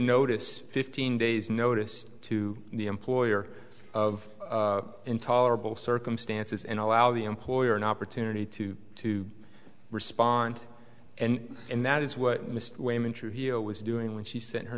notice fifteen days notice to the employer of intolerable circumstances and allow the employer an opportunity to to respond and and that is what mr waymon trujillo was doing when she sent her